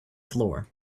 floor